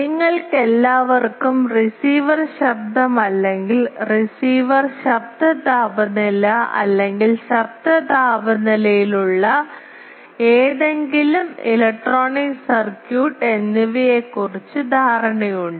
നിങ്ങൾക്കെല്ലാവർക്കും റിസീവർ ശബ്ദം അല്ലെങ്കിൽ റിസീവർ ശബ്ദ താപനില അല്ലെങ്കിൽ ശബ്ദ താപനിലയുള്ള ഏതെങ്കിലും ഇലക്ട്രോണിക് സർക്യൂട്ട് എന്നിവയെക്കുറിച്ച് ധാരണയുണ്ട്